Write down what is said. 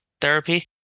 therapy